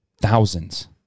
thousands